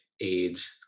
age